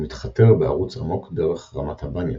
ומתחתר בערוץ עמוק דרך רמת הבניאס,